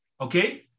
Okay